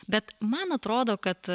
bet man atrodo kad